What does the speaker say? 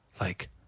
like-